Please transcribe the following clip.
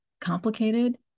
complicated